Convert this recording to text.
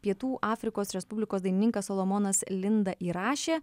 pietų afrikos respublikos dainininkas solomonas linda įrašė